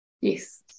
Yes